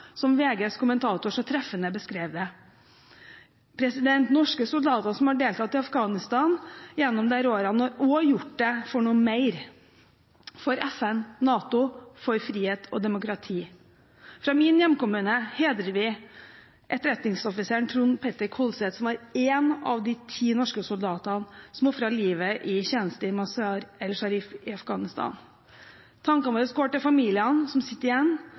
som VGs kommentator så treffende beskrev det. Norske soldater som har deltatt i Afghanistan gjennom disse årene, har også gjort det for noe mer – for FN og NATO, for frihet og demokrati. I min hjemkommune hedrer vi etterretningsoffiseren Trond Petter Kolset, som er en av de ti norske soldatene som har ofret livet i tjeneste i Mazar-e Sharif i Afghanistan. Tankene våre går til familiene som sitter igjen,